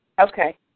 Okay